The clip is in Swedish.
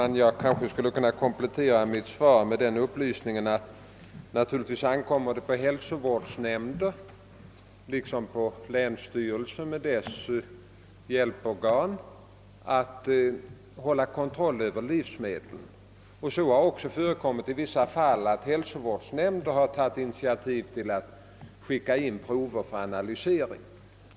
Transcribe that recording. Herr talman! Jag skulle kunna komplettera mitt svar med den upplysningen att det naturligtvis ankommer på hälsovårdsnämnder liksom på länsstyrelser med deras hjälporgan att hålla kontroll över livsmedel. Det har också i vissa fall förekommit att hälsovårdsnämnder tagit initiativ och skickat in prov för analysering.